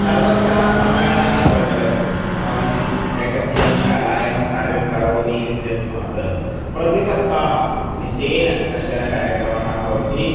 सर्वत्र सम्मेलनानि प्रचलन्ति अहम् एकस्यां शालायां कार्यं करोमि इत्यस्मात् प्रतिसप्ताहं निश्चयेन कश्चन कार्यक्रमः भवति